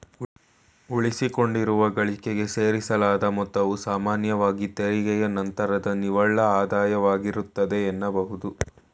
ಉಳಿಸಿಕೊಂಡಿರುವ ಗಳಿಕೆಗೆ ಸೇರಿಸಲಾದ ಮೊತ್ತವು ಸಾಮಾನ್ಯವಾಗಿ ತೆರಿಗೆಯ ನಂತ್ರದ ನಿವ್ವಳ ಆದಾಯವಾಗಿರುತ್ತೆ ಎನ್ನಬಹುದು